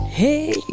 Hey